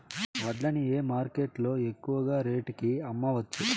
వడ్లు ని ఏ మార్కెట్ లో ఎక్కువగా రేటు కి అమ్మవచ్చు?